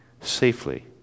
safely